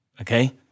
Okay